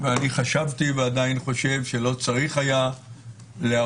ואני חשבתי ועדיין חושב שלא צריך היה להרבות,